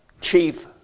chief